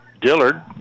Dillard